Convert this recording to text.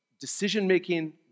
decision-making